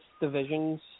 divisions